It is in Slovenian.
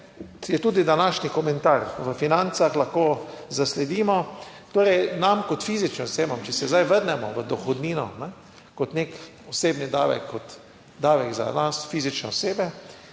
je, tudi današnji komentar v Financah lahko zasledimo, torej, nam kot fizičnim osebam, če se zdaj vrnemo v dohodnino, kot nek osebni davek, kot davek za fizične osebe,